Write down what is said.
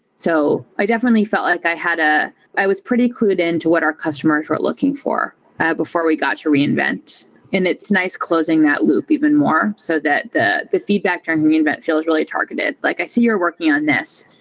so i definitely felt like i had a i was pretty clued in to what our customers were looking for before we got to reinvent, and it's nice closing that loop even more so that the the feedback during reinvent feels really targeted, like, i see you're working on this,